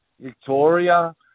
Victoria